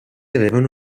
avevano